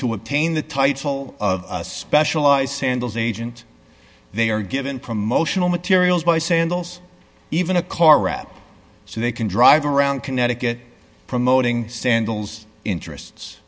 to obtain the title of specialized sandals agent they are given promotional materials by sandals even a car rep so they can drive around connecticut promoting sandals interests